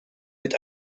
mit